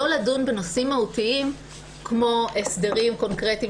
לא לדון בנושאים מהותיים כמו הסדרים קונקרטיים